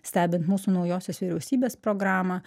stebint mūsų naujosios vyriausybės programą